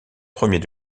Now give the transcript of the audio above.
premiers